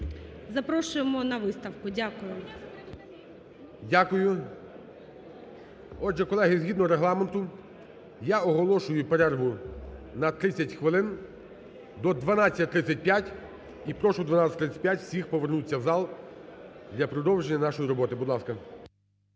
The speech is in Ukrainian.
Запрошуємо на виставку. Дякую. ГОЛОВУЮЧИЙ. Дякую. Отже, колеги, згідно Регламенту, я оголошую перерву на 30 хвилин до 12:35. І прошу в 12:35 всіх повернутися в зал для продовження нашої роботи. Будь ласка.